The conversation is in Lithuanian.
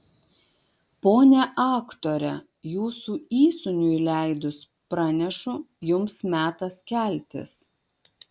ponia aktore jūsų įsūniui leidus pranešu jums metas keltis